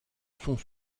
sont